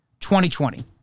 2020